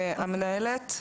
איזו מנהלת?